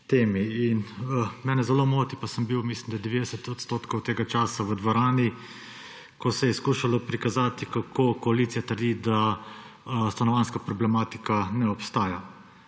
temi! Mene zelo moti, pa sem bil, mislim da 90 odstotkov tega časa v dvorani, ko se je skušalo prikazati, kako koalicija trdi, da stanovanjska problematika ne obstaja.